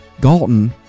Galton